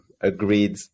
agreed